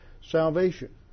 salvation